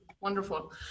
Wonderful